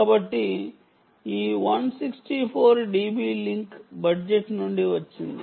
కాబట్టి ఈ 164 DB link budget నుండి వచ్చింది